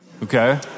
Okay